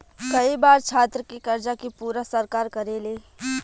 कई बार छात्र के कर्जा के पूरा सरकार करेले